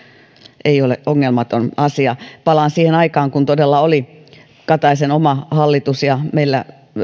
ei ole ongelmaton asia palaan siihen aikaan kun todella oli kataisen oma hallitus ja meillä